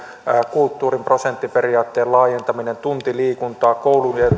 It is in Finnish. kulttuurin prosenttiperiaatteen laajentaminen tunti liikuntaa koulun ja